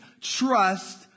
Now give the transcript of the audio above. trust